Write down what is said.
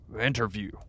interview